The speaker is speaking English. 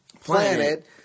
Planet